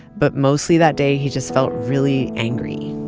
but mostly that day he just felt really angry,